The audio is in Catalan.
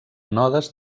nodes